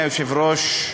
אדוני היושב-ראש,